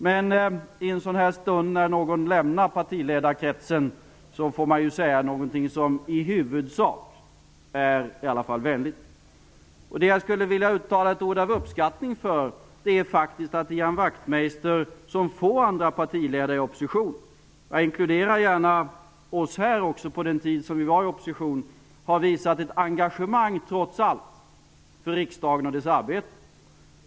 Men i en sådan här stund, när någon lämnar partiledarkretsen, får man säga något som i alla fall i huvudsak är vänligt. Jag skulle faktiskt vilja uttala ett ord av uppskattning för att Ian Wachtmeister som få andra partiledare i opposition -- jag inkluderar gärna oss själva också på den tid vi var i opposition -- trots allt har visat ett engagemang för riksdagen och dess arbete.